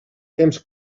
temps